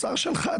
השר שלך,